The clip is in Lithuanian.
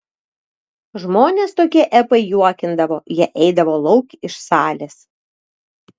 žmones tokie epai juokindavo jie eidavo lauk iš salės